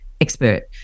expert